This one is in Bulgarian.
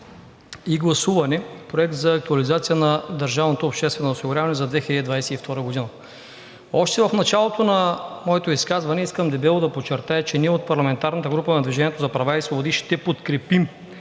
и гласуване Проект за актуализация на бюджета на държавното обществено осигуряване за 2022 г. Още в началото на моето изказване искам дебело да подчертая, че ние от парламентарната група на „Движение за права и свободи“ ще подкрепим